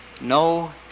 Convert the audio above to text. no